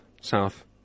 south